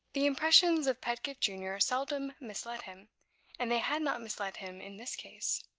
the impressions of pedgift junior seldom misled him and they had not misled him in this case.